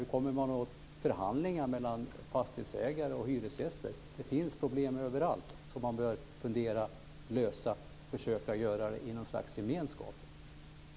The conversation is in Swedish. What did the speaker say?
Hur kommer man åt förhandlingar mellan fastighetsägare och hyresgäster? Det finns problem överallt som man bör fundera på att lösa, och försöka lösa i en gemenskap.